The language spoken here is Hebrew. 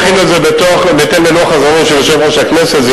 דחינו את זה בהתאם ללוח הזמנים של יושב-ראש הכנסת.